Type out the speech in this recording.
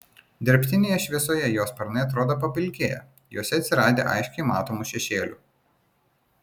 dirbtinėje šviesoje jo sparnai atrodo papilkėję juose atsiradę aiškiai matomų šešėlių